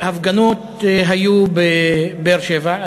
הפגנות היו בבאר-שבע,